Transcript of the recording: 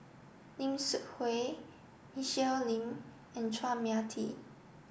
Lim Seok Hui Michelle Lim and Chua Mia Tee